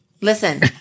Listen